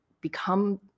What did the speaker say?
become